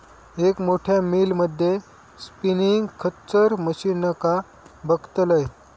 एक मोठ्या मिल मध्ये स्पिनींग खच्चर मशीनका बघितलंय